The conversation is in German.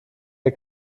der